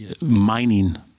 mining